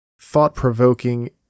thought-provoking